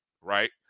right